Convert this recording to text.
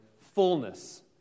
fullness